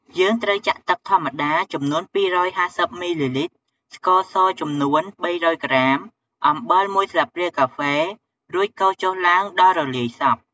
យើងត្រូវចាក់ទឹកធម្មតាចំនួន ២៥០ មីលីលីត្រ ស្ករស ចំនួន ៣០០ ក្រាម អំបិល ១ ស្លាបព្រាកាហ្វេ រួចកូរចុះឡើងដល់រលាយសព្វ។